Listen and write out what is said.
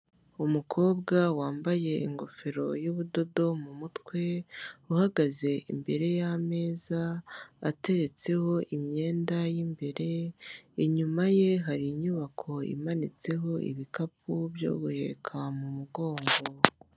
Umukobwa wambaye ingofero y'ubudodo mu mutwe uhagaze imbere y'ameza ateretseho imyenda yibere inyuma ye hari inyubako imanitseho ibikapu byo guheka mu mugongo.